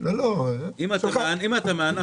אני לא אומר אם זה הרבה או מעט.